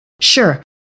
Sure